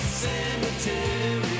cemetery